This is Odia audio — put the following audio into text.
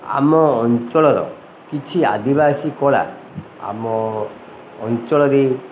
ଆମ ଅଞ୍ଚଳର କିଛି ଆଦିବାସୀ କଳା ଆମ ଅଞ୍ଚଳରେ